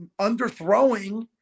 underthrowing